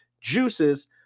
juices